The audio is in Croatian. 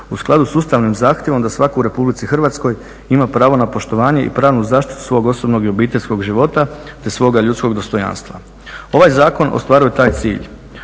u skladu s ustavnim zahtjevom da svatko u Republici Hrvatskoj ima pravo na poštovanje i pravnu zaštitu svog osobnog i obiteljskog života te svoga ljudskog dostojanstva. Ovaj zakon ostvaruje taj cilj.